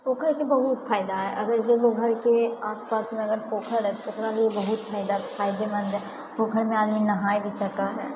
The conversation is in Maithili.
पोखरिसे बहुत फायदा है अगर जेगो घरके आसपासमे अगर पोखरि है तऽओकरा लिए बहुत फायदा फायदेमन्द है पोखरिमे आदमी नहाय भी सकए है